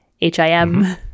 H-I-M